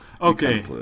Okay